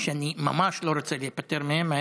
חשבת שתיפטר ממני.